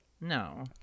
No